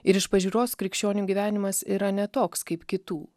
ir iš pažiūros krikščionių gyvenimas yra ne toks kaip kitų